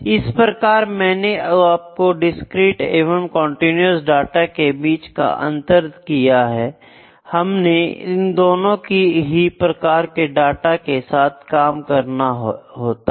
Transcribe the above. इस प्रकार मैंने आपको डिस्क्रीट एवं कंटीन्यूअस डाटा के बीच का अंतर स्पष्ट किया है हमें इन दोनों ही प्रकार के डाटा के साथ काम करना होता है